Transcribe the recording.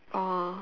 oh